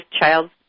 Child